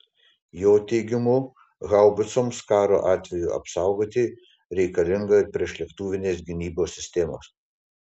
jo teigimu haubicoms karo atveju apsaugoti reikalinga ir priešlėktuvinės gynybos sistemos